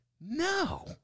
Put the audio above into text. no